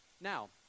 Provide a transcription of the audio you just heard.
now